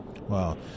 Wow